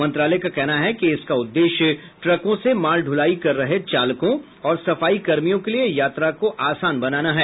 मंत्रालय का कहना है कि इसका उद्देश्य ट्रकों से माल दुलाई कर रहे चालकों और सफाईकर्मियों के लिए यात्रा को आसान बनाना है